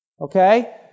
okay